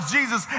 Jesus